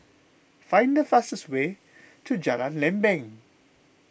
find the fastest way to Jalan Lempeng